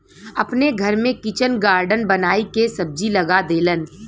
अपने घर में किचन गार्डन बनाई के सब्जी लगा देलन